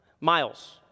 Miles